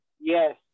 Yes